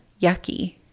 yucky